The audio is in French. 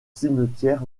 cimetière